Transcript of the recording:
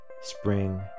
spring